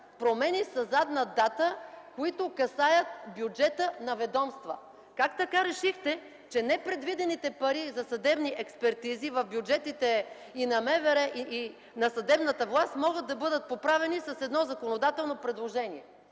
промени със задна дата, които касаят бюджета на ведомства. Как така решихте, че непредвидените пари за съдебни експертизи в бюджетите и на МВР, и на съдебната власт могат да бъдат поправени с едно законодателно предложение?